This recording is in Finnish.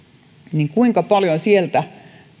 niin kuinka paljon sieltä